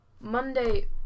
Monday